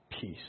peace